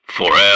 Forever